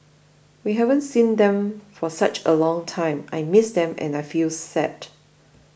we haven't seen them for such a long time I miss them and I feel sad